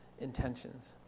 intentions